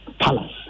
palace